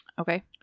Okay